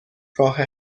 راه